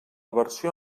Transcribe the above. versió